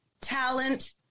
talent